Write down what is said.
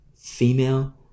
female